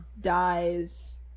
Dies